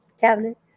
cabinet